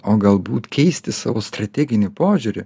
o galbūt keisti savo strateginį požiūrį